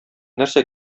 нәрсә